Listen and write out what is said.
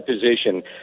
position